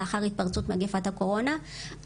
לאחר התפרצות מגפת הקורונה,